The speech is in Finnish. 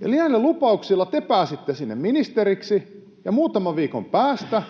Näillä lupauksilla te pääsitte sinne ministeriksi, ja muutaman viikon päästä